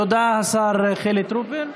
תודה, השר חילי טרופר.